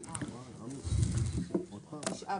התקבלה.